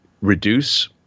reduce